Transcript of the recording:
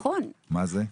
מה זה?